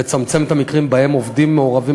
לצמצם את המקרים שבהם עובדים מעורבים